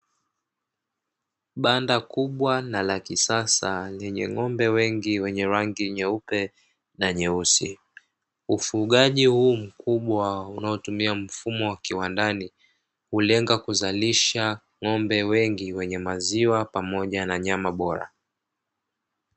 Banda kubwa na la kisasa lenye ng`ombe wengi wenye rangi nyeupe na nyeusi. Ufugaji huu mkubwa unaotumia mfumo wa kiwandani hulenga kuzalisha ng`ombe wengi wenye maziwa pamoja na nyama bora.